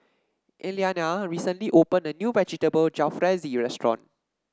Elliana recently opened a new Vegetable Jalfrezi restaurant